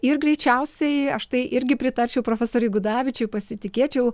ir greičiausiai aš tai irgi pritarčiau profesoriui gudavičiui pasitikėčiau